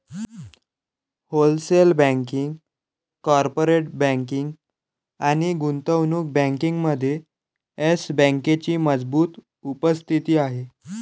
wholesale banking, corporate banking आणि गुंतवणूक बँकिंगमध्ये येस बँकेची मजबूत उपस्थिती आहे